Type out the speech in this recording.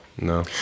No